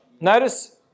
Notice